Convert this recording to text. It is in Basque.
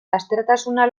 lastertasuna